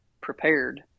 prepared